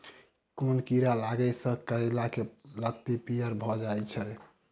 केँ कीड़ा लागै सऽ करैला केँ लत्ती पीयर भऽ जाय छै?